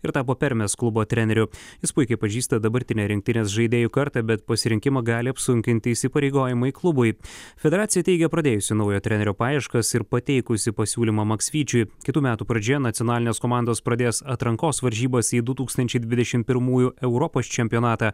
ir tapo permės klubo treneriu jis puikiai pažįsta dabartinę rinktinės žaidėjų kartą bet pasirinkimą gali apsunkinti įsipareigojimai klubui federacija teigia pradėjusi naujo trenerio paieškas ir pateikusi pasiūlymą maksvyčiui kitų metų pradžioje nacionalinės komandos pradės atrankos varžybas į du tūkstančiai dvidešimt pirmųjų europos čempionatą